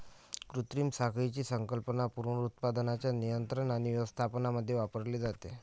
कृत्रिम साखळीची संकल्पना पुनरुत्पादनाच्या नियंत्रण आणि व्यवस्थापनामध्ये वापरली जाते